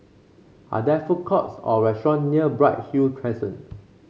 are there food courts or restaurant near Bright Hill Crescent